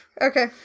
okay